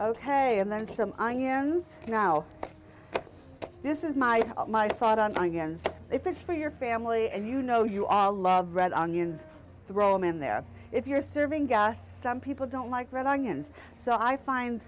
ok and then some onions now this is my my thought on onions if it's for your family and you know you all love red onions throw them in there if you're serving gas some people don't like red onions so i find